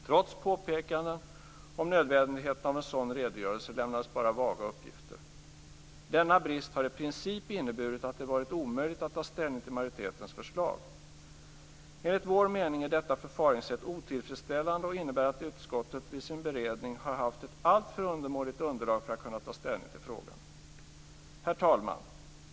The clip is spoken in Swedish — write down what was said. Trots påpekande om nödvändigheten av en sådan redogörelse lämnades bara vaga uppgifter. Denna brist har i princip inneburit att det varit omöjligt att ta ställning till majoritetens förslag. Enligt vår mening är detta förfaringssätt otillfredsställande. Det innebär att utskottet vid sin beredning har haft ett alltför undermåligt underlag för att kunna ta ställning till frågan. Herr talman!